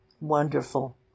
wonderful